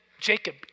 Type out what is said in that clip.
Jacob